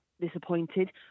disappointed